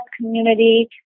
community